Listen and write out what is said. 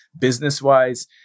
business-wise